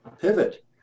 Pivot